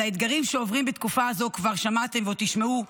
על האתגרים שעוברים בתקופה הזאת כבר שמעתם ועוד תשמעו,